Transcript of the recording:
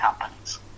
companies